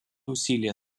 усилия